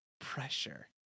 pressure